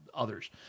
Others